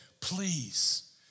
please